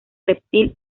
reptil